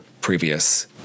previous